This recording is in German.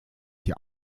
die